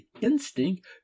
instinct